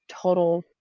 total